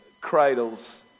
cradles